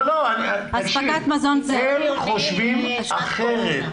תקשיב, הם חושבים אחרת.